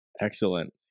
Excellent